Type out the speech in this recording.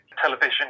television